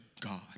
God